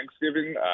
Thanksgiving